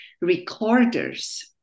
recorders